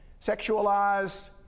sexualized